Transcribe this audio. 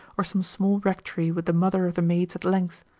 or some small rectory with the mother of the maids at length,